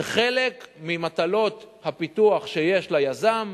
זה חלק ממטלות הפיתוח שיש ליזם.